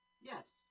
yes